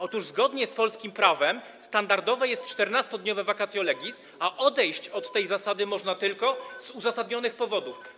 Otóż zgodnie z polskim prawem standardowe jest 14-dniowe vacatio legis, a odejść od tej zasady można tylko z uzasadnionych powodów.